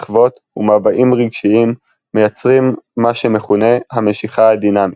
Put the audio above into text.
מחוות ומבעים רגשיים מייצרים מה שמכונה "המשיכה הדינמית".